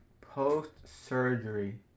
post-surgery